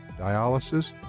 dialysis